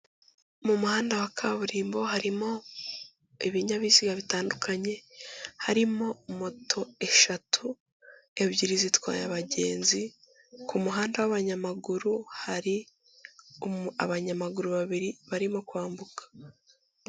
Mu muhanda wa kaburimbo harimo ibinyabiziga bitandukanye, harimo moto eshatu ebyiri zitwaye abagenzi ku muhanda w'abanyamaguru hari abanyamaguru babiri barimo kwambuka.